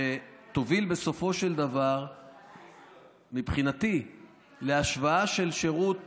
שתוביל בסופו של דבר מבחינתי להשוואה של שירות